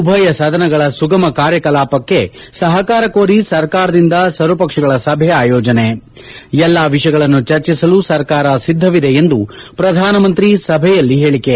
ಉಭಯ ಸದನಗಳ ಸುಗಮ ಕಾರ್ಯಕಲಾಪಕ್ಕೆ ಸಹಕಾರ ಕೋರಿ ಸರ್ಕಾರದಿಂದ ಸರ್ವಪಕ್ಷಗಳ ಸಭೆ ಆಯೋಜನೆ ಎಲ್ಲಾ ವಿಷಯಗಳನ್ನು ಚರ್ಚಿಸಲು ಸರ್ಕಾರ ಸಿದ್ದವಿದೆ ಎಂದು ಪ್ರಧಾನಮಂತ್ರಿ ಸಭೆಯಲ್ಲಿ ಹೇಳಿಕೆ